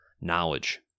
knowledge